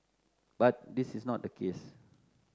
but this is not the case